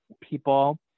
people